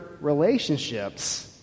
relationships